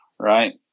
right